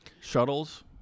Shuttles